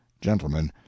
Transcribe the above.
Gentlemen